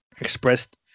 expressed